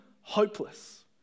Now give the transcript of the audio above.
hopeless